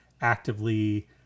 actively